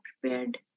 prepared